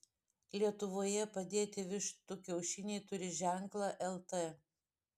lietuvoje padėti vištų kiaušiniai turi ženklą lt